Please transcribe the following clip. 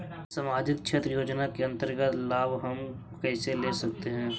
समाजिक क्षेत्र योजना के अंतर्गत लाभ हम कैसे ले सकतें हैं?